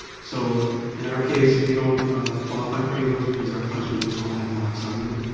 so in our case, we don't qualify for any of those because our classroom doors all have locks on them.